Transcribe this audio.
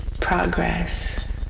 progress